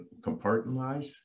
compartmentalize